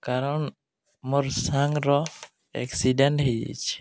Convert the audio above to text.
କାରଣ ମୋର୍ ସାଙ୍ଗର ଆକ୍ସିଡ଼େଣ୍ଟ ହେଇଯାଇଛି